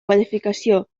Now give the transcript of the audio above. verificació